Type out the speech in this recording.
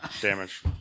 damage